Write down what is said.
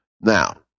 Now